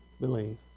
Believe